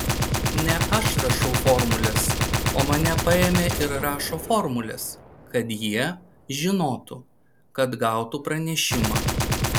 ne aš rašau formules o mane paėmė ir rašo formules kad jie žinotų kad gautų pranešimą